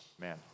Man